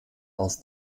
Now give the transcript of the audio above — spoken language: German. aus